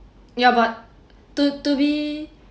ya but to to be